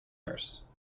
nurse